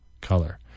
color